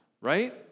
Right